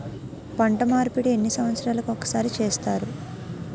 పంట మార్పిడి ఎన్ని సంవత్సరాలకి ఒక్కసారి చేస్తారు?